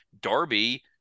Darby